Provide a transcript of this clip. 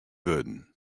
wurden